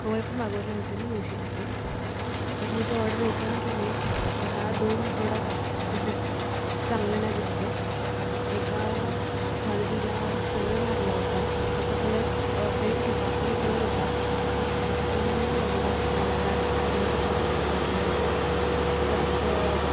cover पण मागवले होते मी उशींचे तर मी ते ऑर्डर ओपन केले मला दोन प्रोडक्ट्स डिफेक्ट चांगले नाही दिसले एका चादरीला कलर लागला होता त्याचा कलर फेन्ट होता पिंक कलर होता पण त्याला कुठल्या तरी रंगाचा कलर डार्क रंगाचा कलर लागला होता प्लस